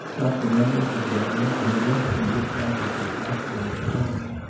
doctor reynolds had gone, and the desk in dick's office was back where it belonged.